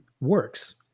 works